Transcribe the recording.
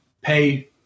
pay